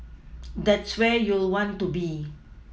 that's where you'll want to be